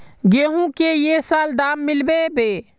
गेंहू की ये साल दाम मिलबे बे?